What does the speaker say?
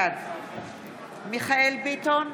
בעד מיכאל מרדכי ביטון,